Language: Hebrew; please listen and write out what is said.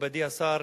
מכובדי השר,